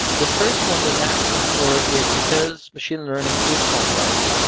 the first one they're asking for is because machine learning is complex. and